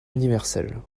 universel